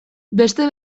beste